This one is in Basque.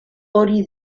hori